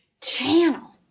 channel